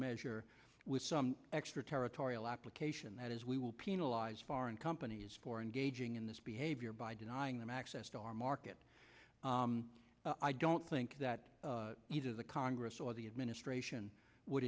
measure with some extra territorial application that is we will penalize foreign companies for engaging in this behavior by denying them access to our market i don't think that either the congress or the administration would